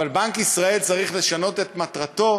אבל בנק ישראל צריך לשנות את מטרתו,